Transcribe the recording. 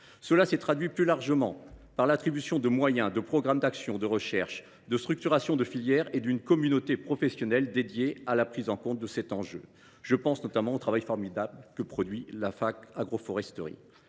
Cela s’est traduit plus largement par l’attribution de moyens, la mise en place de plans d’action et de recherche, la structuration de filières et d’une communauté professionnelle dédiées à la prise en compte de cet enjeu. Je pense notamment au travail formidable que réalise Réseau Haies